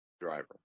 driver